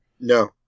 No